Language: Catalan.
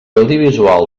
audiovisual